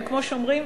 וכמו שאומרים,